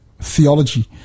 theology